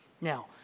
Now